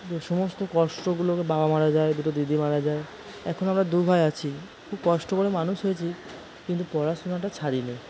এ সমস্ত কষ্টগুলো যে বাবা মারা যায় দুটো দিদি মারা যায় এখন আমরা দু ভাই আছি খুব কষ্ট করে মানুষ হয়েছি কিন্তু পড়াশুনাটা ছাড়িনি